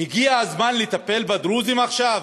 הגיע הזמן לטפל בדרוזים עכשיו?